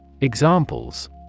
Examples